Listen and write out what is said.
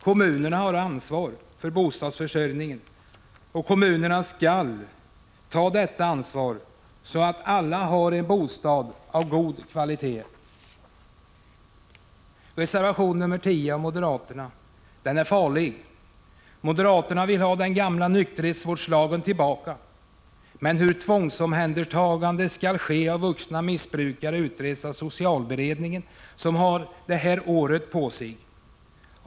Kommunerna har ansvaret för bostadsförsörjningen, och kommunerna skall ta detta ansvar, så att alla har en bostad av god kvalitet. Reservation 10 av moderaterna är farlig. Moderaterna vill ha den gamla nykterhetsvården tillbaka. Men hur tvångsomhändertagande av vuxna missbrukare skall ske utreds nu av socialberedningen, som har detta år på sig.